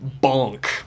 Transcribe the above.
Bonk